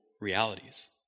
realities